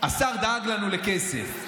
השר דאג לנו לכסף.